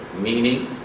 meaning